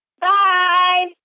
Bye